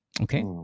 Okay